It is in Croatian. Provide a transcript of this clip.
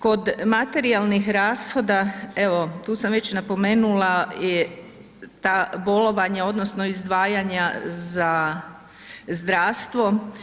Kod materijalnih rashoda, evo tu sam već napomenula ta bolovanja odnosno izdvajanja za zdravstvo.